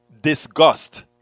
Disgust